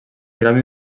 gremi